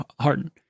Harden